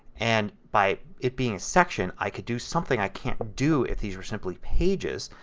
and by it being a section i can do something i can't do if these were simply pages.